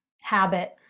habit